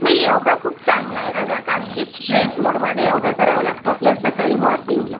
नाही योगा खूप चांगला आहे दादा कारण की फ्रेश मूडमध्ये योगा करावा लागतो आपल्याला सकाळी मॉर्निंगला